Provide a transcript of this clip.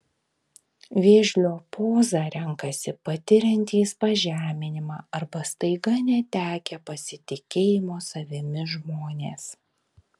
vėžlio pozą renkasi patiriantys pažeminimą arba staiga netekę pasitikėjimo savimi žmonės